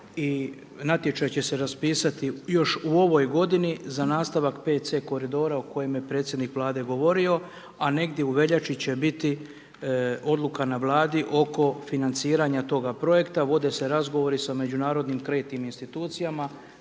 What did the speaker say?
i natječaj će se raspisati još u ovoj godini za nastavak PC Koridora o kojem je predsjednik Vlade govorio, a negdje u veljači će biti odluka na Vladi oko financiranja toga projekta. Vode se razgovori sa međunarodnim kreditnim institucijama,